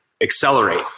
accelerate